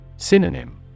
Synonym